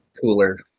cooler